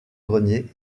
grenier